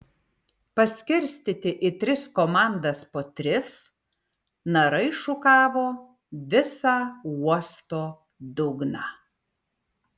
paskirstyti į tris komandas po tris narai šukavo visą uosto dugną